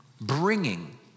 bringing